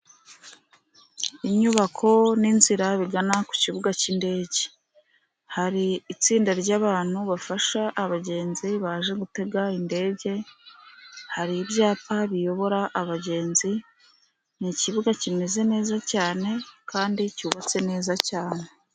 Inyubako n'inzira bigana ku kibuga cyindege, hari itsinda ryabantu bafasha abagenzi, baje gutega indege, hari ibyapa biyobora abagenzi, ni ikibuga kimeze neza cyane, kandi cyubatse neza cyane.